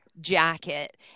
jacket